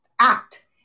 act